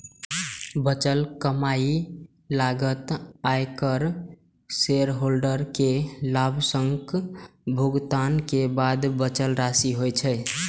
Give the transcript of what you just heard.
बचल कमाइ लागत, आयकर, शेयरहोल्डर कें लाभांशक भुगतान के बाद बचल राशि होइ छै